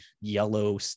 yellow